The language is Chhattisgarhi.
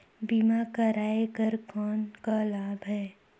बीमा कराय कर कौन का लाभ है?